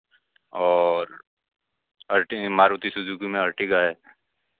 और अर्टी मारूती सुजुकी में अर्टिगा है